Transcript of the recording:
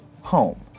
home